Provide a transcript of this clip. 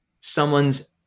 someone's